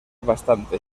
bastante